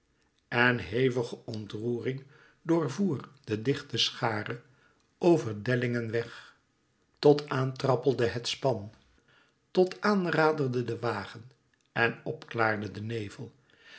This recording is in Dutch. en hevige ontroering doorvoer de dichte schare over delling en weg tot aan trappelde het span tot aan raderde de wagen en op klaarde de nevel